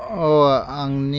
ओवा आंनि